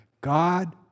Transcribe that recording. God